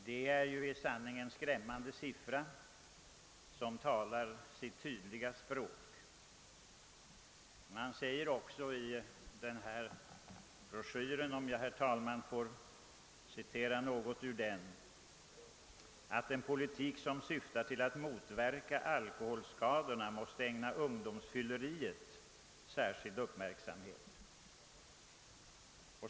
Det är i sanning en skrämmande siffra, som talar sitt tydliga språk. I den nämnda broschyren heter det vidare: »En politik som syftar till att motverka alkoholskadorna måste ägna ungdomsfylleriet särskild uppmärksamhet.